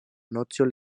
nocio